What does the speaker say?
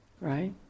Right